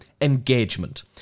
engagement